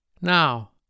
now